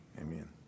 amen